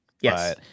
yes